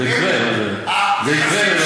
זה יקרה.